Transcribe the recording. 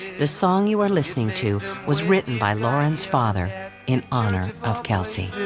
the song you are listening to was written by lauren's father in honor of kelsey.